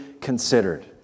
considered